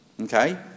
okay